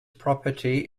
property